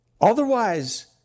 Otherwise